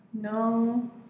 No